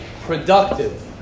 productive